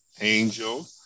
angel